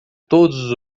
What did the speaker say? todos